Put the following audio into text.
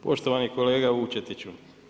Poštovani kolega Vučetiću.